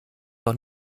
noch